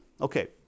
okay